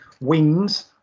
wings